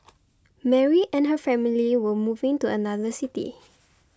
Mary and her family were moving to another city